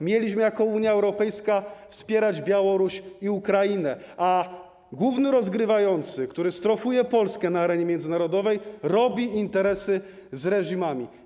Mieliśmy jako Unia Europejska wspierać Białoruś i Ukrainę, a główny rozgrywający, który strofuje Polskę na arenie międzynarodowej, robi interesy z reżimami.